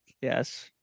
Yes